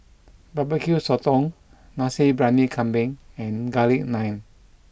Barbecue Sotong Nasi Briyani Kambing and Garlic Naan